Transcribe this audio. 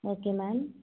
okay ma'am